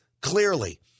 clearly